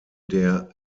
der